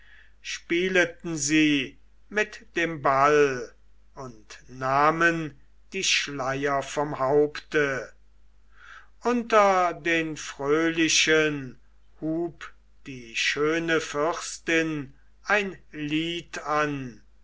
spieleten sie mit dem ball und nahmen die schleier vom haupte unter den fröhlichen hub die schöne fürstin ein lied an